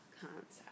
concept